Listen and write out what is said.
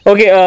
Okay